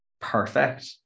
perfect